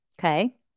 Okay